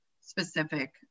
specific